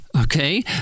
okay